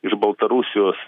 iš baltarusijos